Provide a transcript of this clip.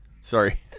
Sorry